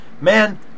man